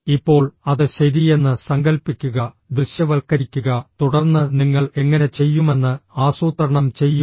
ഇപ്പോൾ അത് ശരിയെന്ന് സങ്കൽപ്പിക്കുക ദൃശ്യവൽക്കരിക്കുക തുടർന്ന് നിങ്ങൾ എങ്ങനെ ചെയ്യുമെന്ന് ആസൂത്രണം ചെയ്യുക